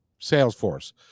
salesforce